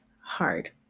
hard